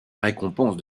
récompense